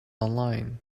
online